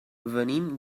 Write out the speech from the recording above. venim